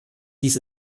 dies